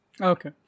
Okay